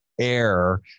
air